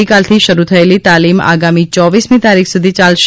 ગઇકાલથી શરૂ થયેલી તાલિમ આગામી ચોવીસમી તારીખ સુધી યાલશે